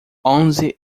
onze